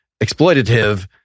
exploitative